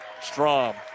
Strom